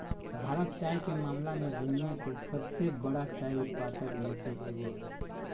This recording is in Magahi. भारत चाय के मामला में दुनिया के सबसे बरा चाय उत्पादक में से एगो हइ